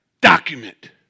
document